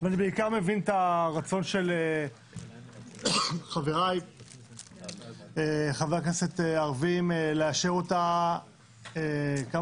ואני בעיקר מבין את הרצון של חבריי חברי הכנסת הערבים לאשר אותה כמה